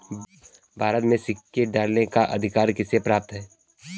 भारत में सिक्के ढालने का अधिकार किसे प्राप्त है?